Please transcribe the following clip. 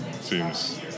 seems